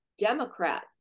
Democrat